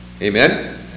Amen